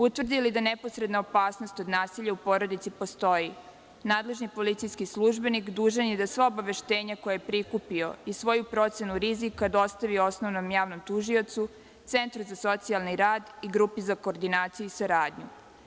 Utvrdi li da neposredna opasnost od nasilja u porodici postoji, nadležni policijski službenik dužan je da sva obaveštenja koja je prikupio i svoju procenu rizika dostavi osnovnom javnom tužiocu, centru za socijalni rad i grupi za koordinaciju i saradnju.